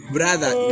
Brother